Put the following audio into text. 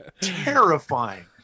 terrifying